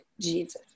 Jesus